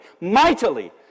mightily